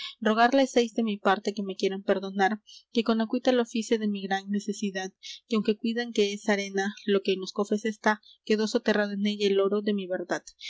heis de mi parte que me quieran perdonar que con acuita lo fice de mi gran necesidad que aunque cuidan que es arena lo que en los cofres está quedó soterrado en ella el oro de mi verdad